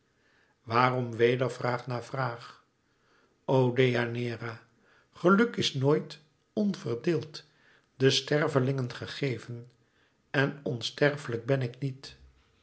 waarom wedervraag na vraag o deianeira geluk is nooit onverdeeld den stervelingen gegeven en onsterfelijk ben ik niet